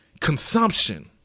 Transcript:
consumption